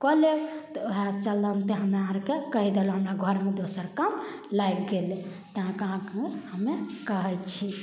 कऽ लेब तऽ वएह चलन्ते हमे अहाँ आरके कहि देलौहँ हमरा घर मे दोसर काम लाइग गेलै तै अहाँके हमे कहै छी